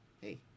Hey